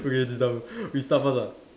okay this dumb you start first ah